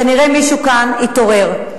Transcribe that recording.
כנראה מישהו כאן יתעורר.